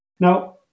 Now